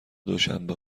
دوشنبه